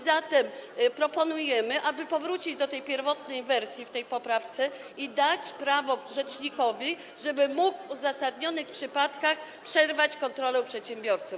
Zatem proponujemy, aby powrócić do pierwotnej wersji w tej poprawce i dać prawo rzecznikowi, żeby mógł w uzasadnionych przypadkach przerwać kontrolę u przedsiębiorców.